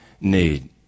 need